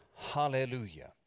Hallelujah